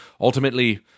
ultimately